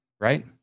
Right